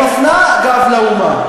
היא מפנה גב לאומה.